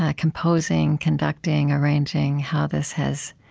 ah composing, conducting, arranging, how this has